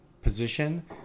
Position